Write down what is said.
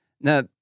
Now